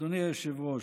אדוני היושב-ראש,